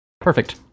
Perfect